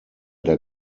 der